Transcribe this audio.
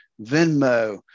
venmo